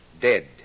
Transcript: dead